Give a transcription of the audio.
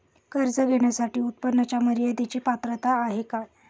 कर्ज घेण्यासाठी उत्पन्नाच्या मर्यदेची पात्रता आहे का?